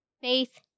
faith